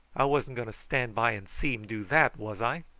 i wasn't going to stand by and see him do that, was i?